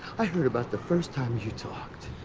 i heard about the first time you talked.